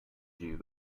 you